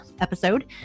episode